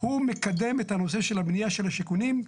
הוא מקדם את הנושא של הבנייה של השיכונים.